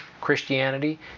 Christianity